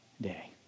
day